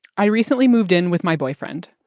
i recently moved in with my boyfriend.